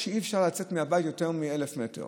אי-אפשר לצאת מהבית יותר מקילומטר.